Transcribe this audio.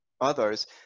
others